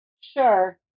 Sure